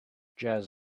jazz